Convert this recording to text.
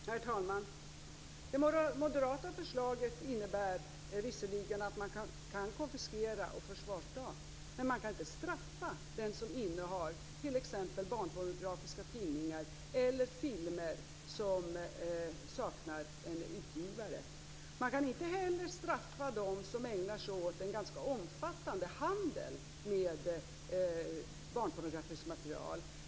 Herr talman! Det moderata förslaget innebär visserligen att man kan konfiskera och beslagta. Men man kan inte straffa den som innehar t.ex. barnpornografiska tidningar eller filmer som saknar en utgivare. Man kan heller inte straffa de som ägnar sig åt en ganska omfattande handel med barnpornografiskt material.